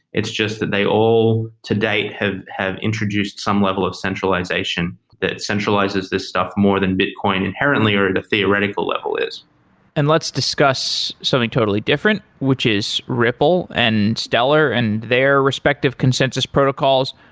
it's just that they all to date have have introduced some level of centralization that centralizes this stuff more than bitcoin inherently, or the theoretical level is and let's discuss something totally different, which is ripple and stellar and their respective consensus protocols.